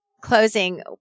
closing